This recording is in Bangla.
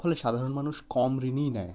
ফলে সাধারণ মানুষ কম ঋণই নেয়